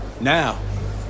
Now